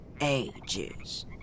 ages